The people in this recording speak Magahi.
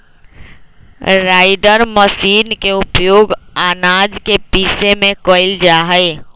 राइण्डर मशीर के उपयोग आनाज के पीसे में कइल जाहई